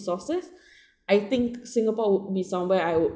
resources I think singapore will be somewhere I would